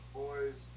boys